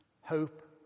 Hope